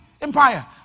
Empire